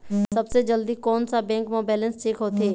सबसे जल्दी कोन सा बैंक म बैलेंस चेक होथे?